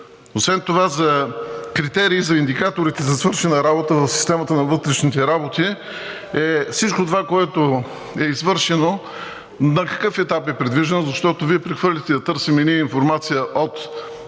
Освен това за критерии за индикаторите за свършена работа в системата на вътрешните работи е всичко това, което е извършено, на какъв етап е придвижено? Защото Вие прехвърлихте да търсим ние информация от